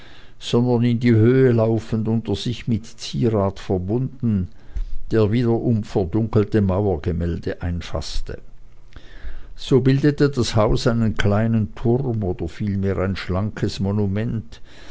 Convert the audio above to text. sondern in die höhe laufend unter sich mit zierat verbunden der wiederum verdunkelte mauergemälde einfaßte so bildete das haus einen kleinen turm oder vielmehr ein schlankes monument